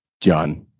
John